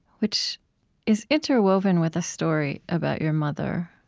which is interwoven with a story about your mother,